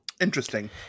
Interesting